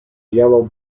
yellow